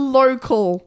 local